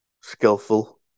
skillful